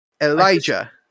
Elijah